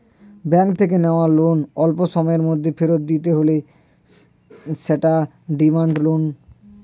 bank থেকে নেওয়া loan অল্পসময়ের মধ্যে ফেরত দিতে হলে সেটা ডিমান্ড লোন